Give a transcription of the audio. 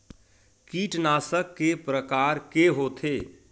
कीटनाशक के प्रकार के होथे?